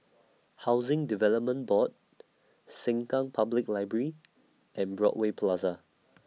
Housing Development Board Sengkang Public Library and Broadway Plaza